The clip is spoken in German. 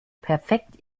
perfekt